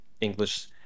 english